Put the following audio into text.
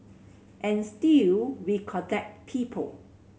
and still we connect people